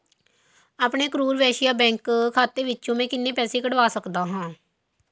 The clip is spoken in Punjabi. ਆਪਣੇ ਕਰੂਰ ਵੈਸ਼ਿਆ ਬੈਂਕ ਖਾਤੇ ਵਿੱਚੋ ਮੈਂ ਕਿੰਨੇ ਪੈਸੇ ਕੱਢਵਾ ਸਕਦਾ ਹਾਂ